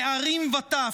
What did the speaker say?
נערים וטף,